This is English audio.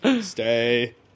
stay